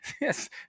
Yes